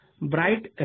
bright